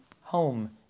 home